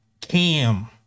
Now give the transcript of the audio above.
cam